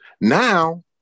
Now